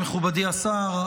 מכובדי השר,